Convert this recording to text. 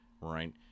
right